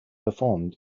performed